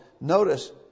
notice